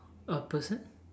a person